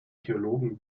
theologen